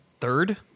third